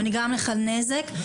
ונגרם לך נזק,